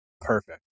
perfect